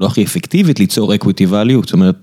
לא הכי אפקטיבית ליצור equity value, זאת אומרת.